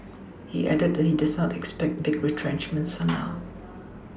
he added that he does not expect big retrenchments for now